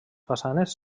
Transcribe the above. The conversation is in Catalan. façanes